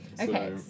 Okay